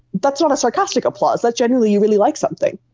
that's not a sarcastic applause, that's genuinely you really like something.